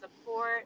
support